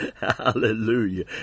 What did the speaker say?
Hallelujah